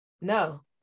No